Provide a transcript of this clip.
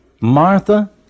Martha